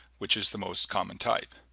which is the most common type.